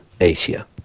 Asia